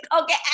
Okay